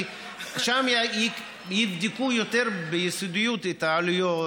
כי שם יבדקו יותר ביסודיות את העלויות,